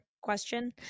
question